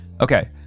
okay